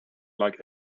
like